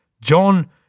John